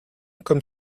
comme